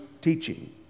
teaching